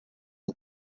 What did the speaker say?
and